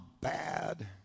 bad